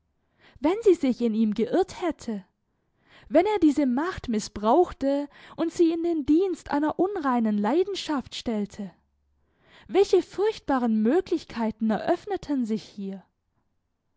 wenn sie sich in ihm geirrt hätte wenn er diese macht mißbrauchte und sie in den dienst einer unreinen leidenschaft stellte welche furchtbaren möglichkeiten eröffneten sich hier